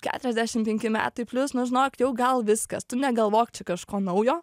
keturiasdešim penki metai plius nu žinok jau gal viskas tu negalvok čia kažko naujo